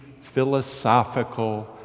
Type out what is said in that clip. philosophical